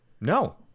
No